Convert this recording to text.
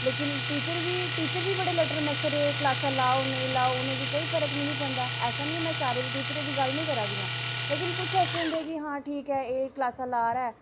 लेकिन टीचर बी टीचर बी बड़े लटरमस्त रेह् क्लासां लाओ नेईं लाओ उ'नेंगी कोई फर्क निं पौंदा ऐसा निं में सारें टीचरें दी गल्ल निं करा दी आं लेकिन कुछ होंदे कि हां ठीक ऐ एह् क्लासां ला दा ऐ